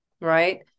Right